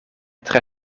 tre